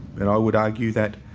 and i would argue that